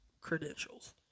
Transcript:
credentials